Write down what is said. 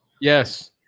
Yes